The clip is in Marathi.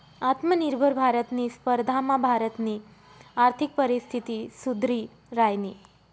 आत्मनिर्भर भारतनी स्पर्धामा भारतनी आर्थिक परिस्थिती सुधरि रायनी